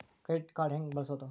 Credit card ಹೆಂಗ ಬಳಸೋದು?